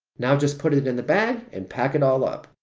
now just put it in the bag and pack it all up.